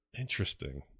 interesting